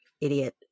Idiot